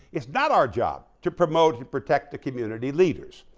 it's not our job to promote and protect the community leaders.